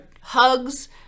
hugs